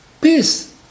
Peace